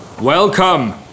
Welcome